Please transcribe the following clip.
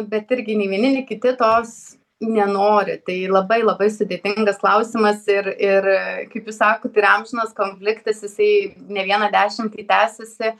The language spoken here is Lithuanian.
bet irgi nei vieni nei kiti tos nenori tai labai labai sudėtingas klausimas ir ir kaip jūs sakot yra amžinas konfliktas jisai ne vieną dešimtį tęsiasi